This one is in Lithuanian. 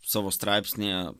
savo straipsnyje